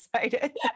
excited